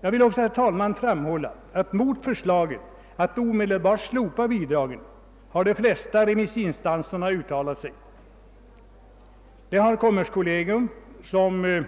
Jag vill också, herr talman, erinra om att de flesta remissinstanserna har uttalat sig mot förslaget om att omedelbart slopa bidragen. Det har kommerskollegium, som